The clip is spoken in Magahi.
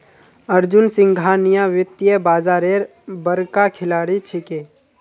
अर्जुन सिंघानिया वित्तीय बाजारेर बड़का खिलाड़ी छिके